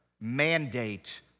mandate